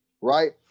right